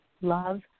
Love